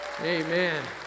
Amen